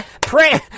Pray